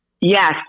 Yes